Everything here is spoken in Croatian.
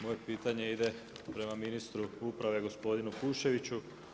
Moje pitanje ide prema ministru uprave gospodinu Kuščeviću.